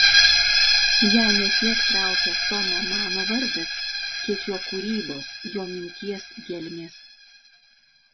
ją ne tiek traukia tomo mano vardas kiek jo kūrybos jo minties gelmės